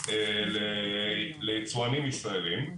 ליצואנים ישראלים.